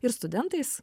ir studentais